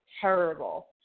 terrible